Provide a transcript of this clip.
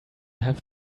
have